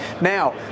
Now